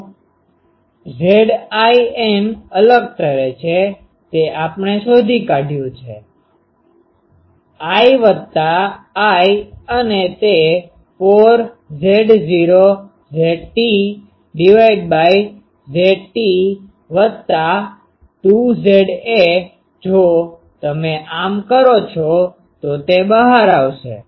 તો Zin અલગ તરે છે તે આપણે શોધી કાઢ્યું છે I1 વત્તા I2 અને તે 4 Z0 Zt Zt વત્તા 2 Za જો તમે આ કરો છો તો તે બહાર આવશે